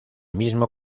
mismo